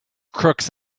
crooks